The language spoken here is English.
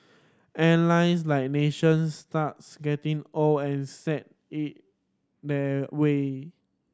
airlines like nations starts getting old and set in their way